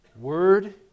Word